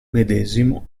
medesimo